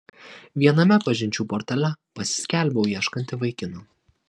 viename pažinčių portale pasiskelbiau ieškanti vaikino